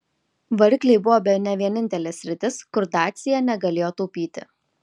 varikliai buvo bene vienintelė sritis kur dacia negalėjo taupyti